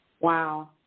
Wow